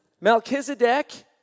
Melchizedek